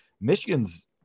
Michigan's